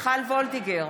מיכל וולדיגר,